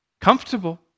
comfortable